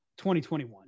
2021